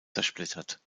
zersplittert